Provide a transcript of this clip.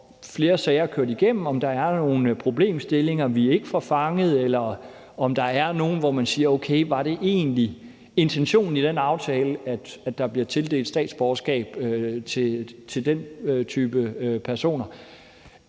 flere sager kørt igennem, at der er nogle problemstillinger, vi ikke får fanget, eller at der er nogle tilfælde, hvor man kan spørge, om det egentlig var intentionen i den aftale, at der blev tildelt statsborgerskaber til den type personer.